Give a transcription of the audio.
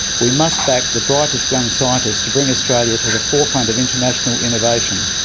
we must back the brightest young scientists to bring australia to the forefront of international innovation.